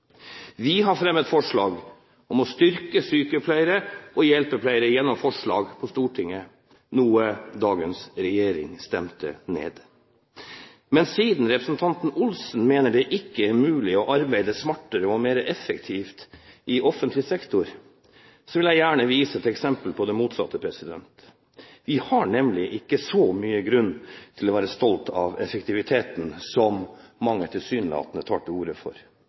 Vi har fremmet forslag i Stortinget om å styrke sykepleiere og hjelpepleiere, noe dagens regjering stemte ned. Men siden representanten Olsen mener det ikke er mulig å arbeide smartere og mer effektivt i offentlig sektor, vil jeg gjerne vise til et eksempel på det motsatte. Vi har nemlig ikke så mye grunn til å være stolte av effektiviteten som mange tilsynelatende tar til orde for.